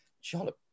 Charlotte